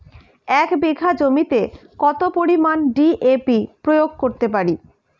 এক বিঘা জমিতে কত পরিমান ডি.এ.পি প্রয়োগ করতে পারি?